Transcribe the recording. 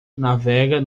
navega